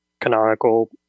canonical